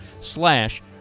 slash